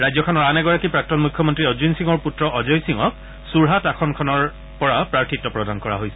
ৰাজ্যখনৰ আন এগৰাকী প্ৰাক্তন মুখ্যমন্ত্ৰী অৰ্জুন সিঙৰ পূত্ৰ অজয় সিঙক চুৰহাত আসন খনৰ পৰা প্ৰাৰ্থিত্ব প্ৰদান কৰা হৈছে